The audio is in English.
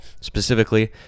specifically